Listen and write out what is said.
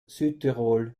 südtirol